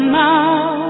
now